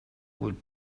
would